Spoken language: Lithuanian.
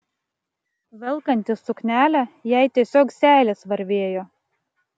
velkantis suknelę jai tiesiog seilės varvėjo